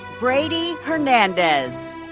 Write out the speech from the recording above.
brady hernandez.